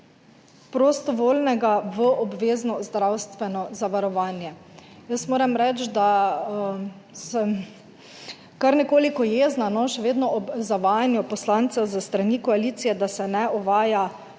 prostovoljnega v obvezno zdravstveno zavarovanje, jaz moram reči, da sem kar nekoliko jezna, še vedno ob zavajanju poslancev s strani koalicije, da se ne uvaja